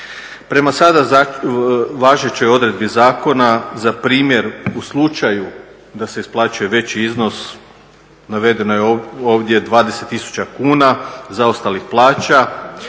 Prema sada važećoj odredbi zakona za primjer u slučaju da se isplaćuje veći iznos, navedeno je ovdje 20 tisuća kuna zaostalih plaća